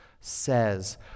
says